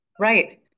Right